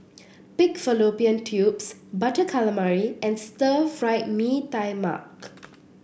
Pig Fallopian Tubes Butter Calamari and Stir Fried Mee Tai Mak